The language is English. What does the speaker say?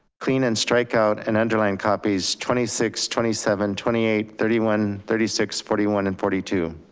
clean and strike out and underlined copies twenty six, twenty seven, twenty eight thirty one thirty six forty one and forty two.